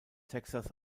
texas